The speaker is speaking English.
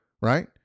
right